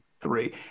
three